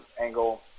angle